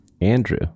Andrew